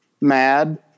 mad